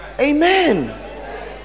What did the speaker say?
amen